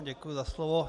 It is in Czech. Děkuji za slovo.